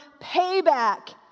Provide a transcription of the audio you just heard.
payback